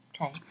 Okay